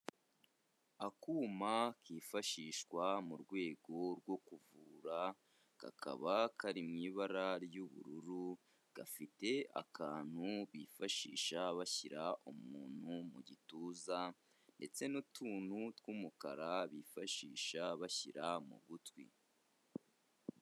Akuma kifashishwa mu rwego rwo kuvura, kakaba kari mu ibara ry'ubururu, gafite akantu bifashisha bashyira umuntu mu gituza ndetse n'utuntu tw'umukara, bifashisha bashyira mu gutwi.